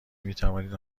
میتوانید